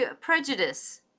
prejudice